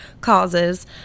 causes